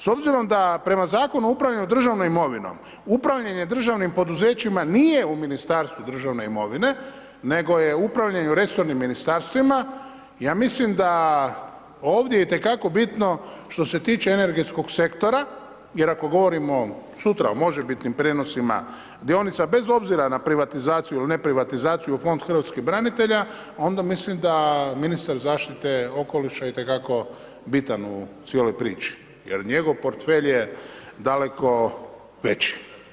S obzirom da prema Zakonu o upravljanju državnom imovinom, upravljanje državnim poduzećima nije u Ministarstvu državne imovine nego je upravljanje resornim ministarstvima, ja mislim da ovdje itekako bitno što se tiče energetskog sektora jer ako govorimo sutra o može bitnim prijenosima dionica bez obzira na privatizaciju ili ne privatizaciju u Fond hrvatskih branitelja, onda mislim da ministar zaštite okoliša itekako bitan u cijeloj priči jer njegov portfelj je daleko veći.